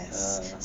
ah